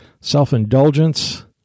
self-indulgence